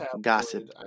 gossip